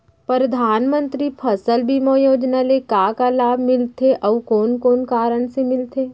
परधानमंतरी फसल बीमा योजना ले का का लाभ मिलथे अऊ कोन कोन कारण से मिलथे?